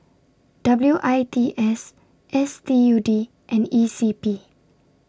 W I T S S T U D and E C P